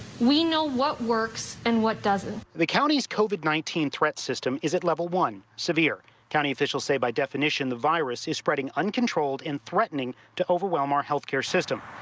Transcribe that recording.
we know what works and what doesn't the county's covid nineteen threat system is at level one severe county officials say by definition the virus is spreading uncontrolled and threatening to overwhelm our health care system.